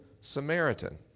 Samaritan